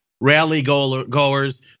rally-goers